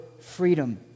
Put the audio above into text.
freedom